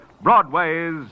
Broadway's